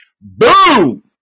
Boom